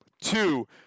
two